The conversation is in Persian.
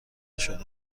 شده